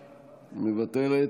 מוותרת,